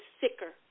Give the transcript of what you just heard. sicker